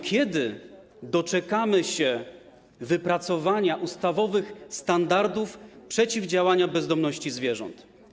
Kiedy doczekamy się wypracowania ustawowych standardów przeciwdziałania bezdomności zwierząt?